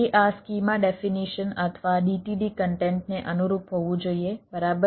તે આ schema definition અથવા DTD કન્ટેન્ટને અનુરૂપ હોવું જોઈએ બરાબર